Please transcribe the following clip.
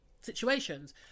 situations